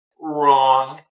Wrong